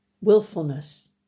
willfulness